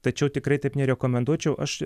tačiau tikrai taip nerekomenduočiau aš